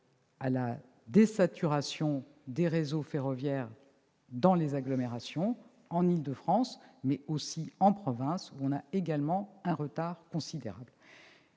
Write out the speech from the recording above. à la désaturation des réseaux ferroviaires dans les agglomérations, en Île-de-France, mais aussi en province, où le retard est également considérable.